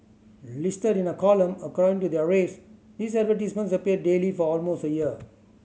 listed in a column according to their race these advertisements appeared daily for almost a year